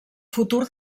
futur